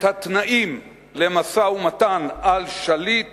את התנאים למשא-ומתן על שליט